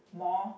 more